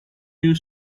you